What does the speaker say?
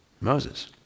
Moses